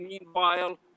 meanwhile